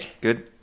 Good